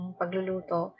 pagluluto